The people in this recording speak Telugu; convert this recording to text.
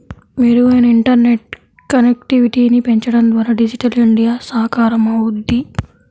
మెరుగైన ఇంటర్నెట్ కనెక్టివిటీని పెంచడం ద్వారా డిజిటల్ ఇండియా సాకారమవుద్ది